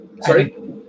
Sorry